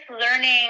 learning